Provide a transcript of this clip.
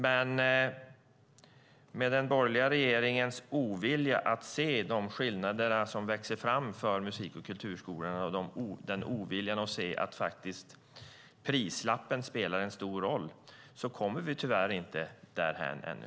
Men med den borgerliga regeringens ovilja att se de skillnader som växer fram för musik och kulturskolorna och ovilja att se att prislappen spelar en stor roll är vi tyvärr inte därhän ännu.